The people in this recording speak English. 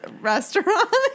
restaurant